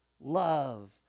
love